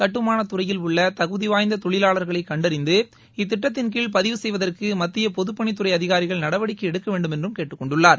கட்டுமானத் துறையில் உள்ள தகுதி வாய்ந்த தொழிலாளர்களை கண்டறிந்து இத்திட்டத்தின் கீழ் பதிவு செய்வதற்கு மத்திய பொதுப்பணித் துறை அதிகாரிகள் நடவடிக்கை எடுக்க வேண்டுமென்றும் கேட்டுக்கொண்டுள்ளார்